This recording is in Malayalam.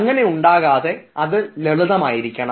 അങ്ങനെ ഉണ്ടാകാതെ അത് ലളിതമായിരിക്കണം